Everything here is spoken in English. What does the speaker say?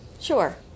sure